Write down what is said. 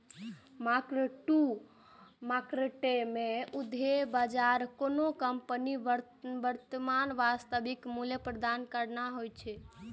mark to market के उद्देश्य बाजार कोनो कंपनीक वर्तमान वास्तविक मूल्य प्रदान करना होइ छै